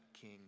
king